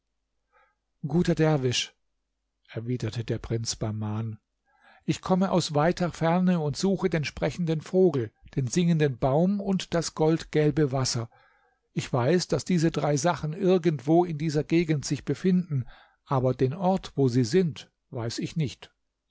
guter derwisch erwiderte der prinz bahman ich komme aus weiter ferne und suche den sprechenden vogel den singenden baum und das goldgelbe wasser ich weiß daß diese drei sachen irgendwo in dieser gegend sich befinden aber den ort wo sie sind weiß ich nicht